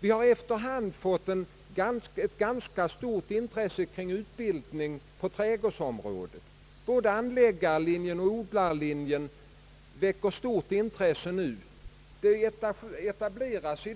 På trädgårdsområdet har vi efter hand fått ett ganska stort intresse för utbildningen, både för anläggarlinjen och för odlarlinjen. I dag etableras